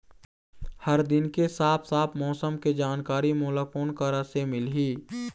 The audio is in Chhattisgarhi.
हर दिन के साफ साफ मौसम के जानकारी मोला कोन करा से मिलही?